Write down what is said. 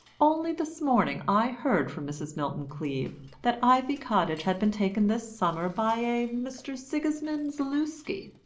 only this morning i heard from mrs. milton-cleave that ivy cottage has been taken this summer by a mr. sigismund zaluski,